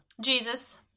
Jesus